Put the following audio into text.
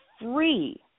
free